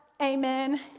amen